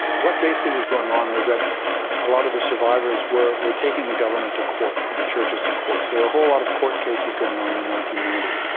what basically was going on was a lot of the survivors were were taking the government to court or the churches to court, so there were a whole lot of court cases going on in the nineteen ninety s.